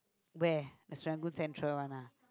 where at Serangoon central one ah